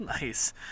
Nice